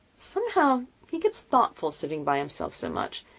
somehow he gets thoughtful, sitting by himself so much,